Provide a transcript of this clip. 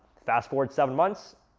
fast forward seven months,